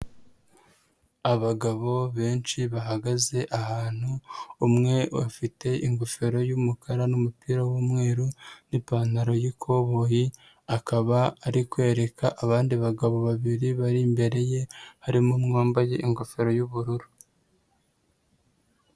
Abagabo benshi bahagaze ahantu, umwe afite ingofero y'umukara n'umupira w'umweru n'ipantaro y'ikoboyi, akaba ari kwereka abandi bagabo babiri bari imbere ye, harimo uwambaye ingofero y'ubururu.